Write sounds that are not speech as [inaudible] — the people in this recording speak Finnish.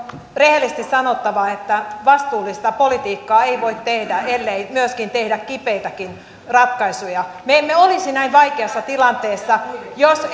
rehellisesti sanottava että vastuullista politiikkaa ei voi tehdä ellei myöskin tehdä kipeitäkin ratkaisuja me emme olisi näin vaikeassa tilanteessa jos [unintelligible]